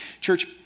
Church